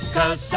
Cause